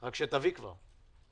רק שתביא אותה כבר.